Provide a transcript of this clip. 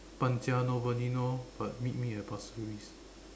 搬家 nobody know but meet me at Pasir-Ris